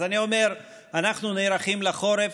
אז אני אומר, אנחנו נערכים לחורף.